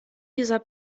dieser